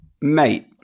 Mate